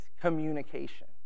communication